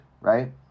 right